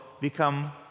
become